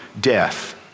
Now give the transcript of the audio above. death